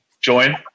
Join